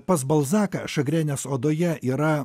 pas balzaką šagrenės odoje yra